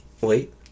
wait